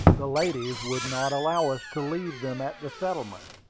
the ladies would not allow us to leave them at the settlement,